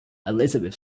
elizabeth